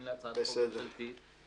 אני לא מדבר על להמתין להצעת חוק ממשלתית,